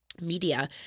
Media